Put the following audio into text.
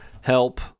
help